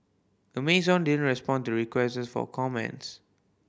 Amazon didn't respond to requests for comments